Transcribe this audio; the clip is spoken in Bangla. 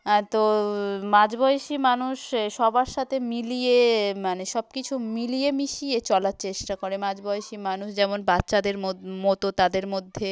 অ্যাঁ তো মাঝ বয়েসি মানুষে সবার সাতে মিলিয়ে মানে সব কিছু মিলিয়ে মিশিয়ে চলার চেষ্টা করে মাঝ বয়েসি মানুষ যেমন বাচ্ছাদের মোদ মতো তাদের মধ্যে